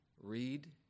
Read